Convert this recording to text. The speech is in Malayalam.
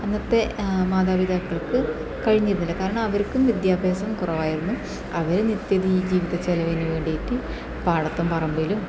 അന്നത്തെ മാതാപിതാക്കൾക്ക് കഴിഞ്ഞിരുന്നില്ല കാരണം അവർക്കും വിദ്യാഭ്യാസം കുറവായിരുന്നു അവരും നിത്യ ജീവിത ചെലവിന് വേണ്ടിയിട്ട് പാടത്തും പറമ്പിലും